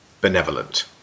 benevolent